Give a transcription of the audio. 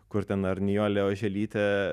kur ten ar nijolė oželytė